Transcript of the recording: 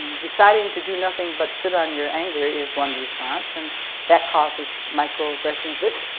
deciding to do nothing but sit on your anger is one response. and that causes microaggressions that